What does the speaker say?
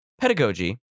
pedagogy